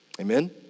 Amen